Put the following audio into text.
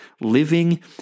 living